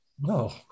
No